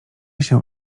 się